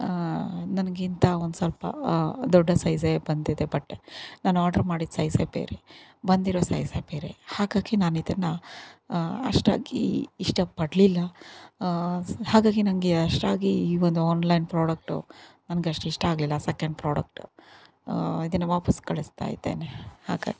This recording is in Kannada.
ನನಗಿಂತ ಒಂದು ಸ್ವಲ್ಪ ದೊಡ್ಡ ಸೈಜೇ ಬಂದಿದೆ ಬಟ್ಟೆ ನಾನು ಆಡ್ರ್ ಮಾಡಿದ್ದ ಸೈಜೇ ಬೇರೆ ಬಂದಿರೋ ಸೈಜೇ ಬೇರೆ ಹಾಗಾಗಿ ನಾನಿದನ್ನು ಸ್ ಹಾಗಾಗಿ ನನಗೆ ಅಷ್ಟಾಗಿ ಈ ಒಂದು ಆನ್ಲೈನ್ ಪ್ರಾಡಕ್ಟು ನನಗಷ್ಟು ಇಷ್ಟ ಆಗಲಿಲ್ಲ ಸೆಕೆಂಡ್ ಪ್ರಾಡಕ್ಟ್ ಇದನ್ನು ವಾಪಸ್ಸು ಕಳಿಸ್ತಾಯಿದ್ದೇನೆ ಹಾಗಾಗಿ